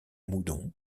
moudon